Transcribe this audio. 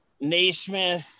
Naismith